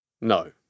No